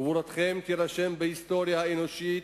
גבורתכם תירשם בהיסטוריה האנושית